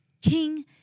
King